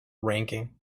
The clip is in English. ranking